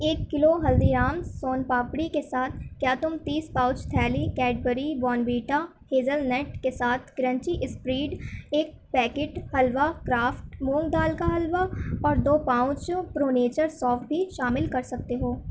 ایک کلو ہلدی رامز سون پاپڑی کے ساتھ کیا تم تیس پاؤچ تھیلی کیڈبری بارنویٹا ہیزلنٹ کے ساتھ کرنچی اسپریڈ ایک پیکٹ ہلوہ کرافٹ مونگ دال کا حلوہ اور دو پاوچ پرونیچر سونف بھی شامل کر سکتے ہو